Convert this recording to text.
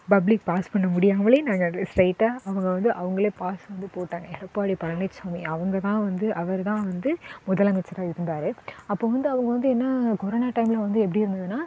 public pass பண்ண முடியாமலேயே நாங்கள் அது ஸ்ட்ரெயிட்டாக அவங்க வந்து அவங்களே பாஸ் வந்து போட்டாங்க எடப்பாடி பழனிச்சாமி அவங்க தான் வந்து அவர் தான் வந்து முதலமைச்சராக இருந்தார் அப்போ வந்து அவங்க வந்து என்ன கொரோனா டைமில் வந்து எப்படி இருந்ததுன்னா